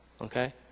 okay